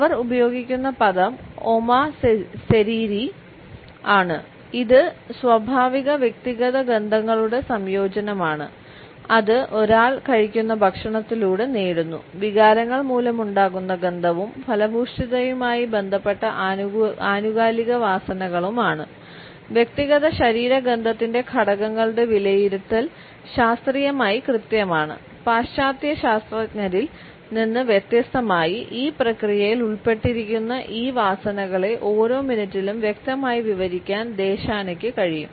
അവർ ഉപയോഗിക്കുന്ന പദം ഒമാ സെരിരി കഴിയും